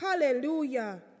Hallelujah